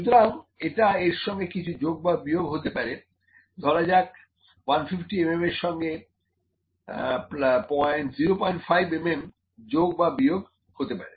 সুতরাং এটা এর সঙ্গে কিছু যোগ বা বিয়োগ হতে পারে ধরা যাক150 mm এর সঙ্গে হয় 05mm যোগ বা বিয়োগ হতে পারে